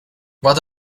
what